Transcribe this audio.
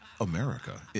America